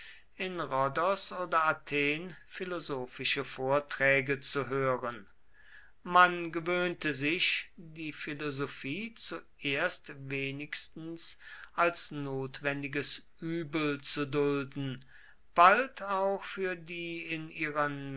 in rhodos oder athen philosophische vorträge zu hören man gewöhnte sich die philosophie zuerst wenigstens als notwendiges übel zu dulden bald auch für die in ihrer